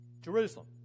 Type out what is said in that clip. Jerusalem